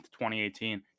2018